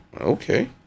Okay